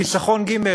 בחיסכון ג',